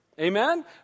Amen